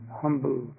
humble